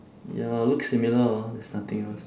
ya looks similar hor there's nothing else